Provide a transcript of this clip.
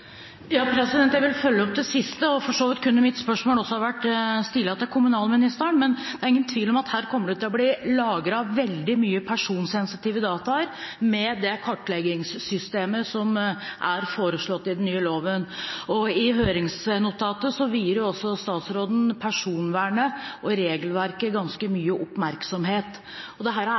Jeg vil følge opp det siste, og for så vidt kunne mitt spørsmål også vært stilt til kommunalministeren. Det er ingen tvil om at her kommer det til å bli lagret veldig mye personsensitive data med det kartleggingssystemet som er foreslått i den nye loven. I høringsnotatet vier statsråden personvernet og regelverket ganske mye oppmerksomhet. Dette er sensitive opplysninger som er